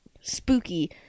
spooky